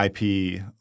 IP